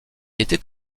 était